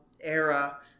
era